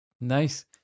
Nice